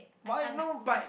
why no but